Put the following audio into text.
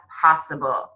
possible